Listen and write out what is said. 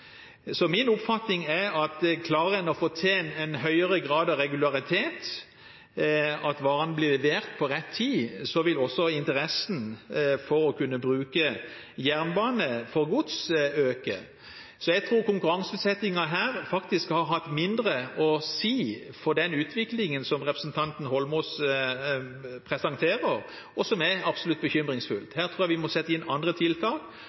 Så min oppfatning er at klarer man å få til en høyere grad av regularitet, at varene blir levert til rett tid, vil også interessen for å kunne bruke jernbane for gods øke. Så jeg tror konkurranseutsettingen her faktisk har hatt mindre å si for den utviklingen som representanten Eidsvoll Holmås presenterer, og som absolutt er bekymringsfull. Her tror jeg vi må sette inn andre tiltak.